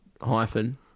hyphen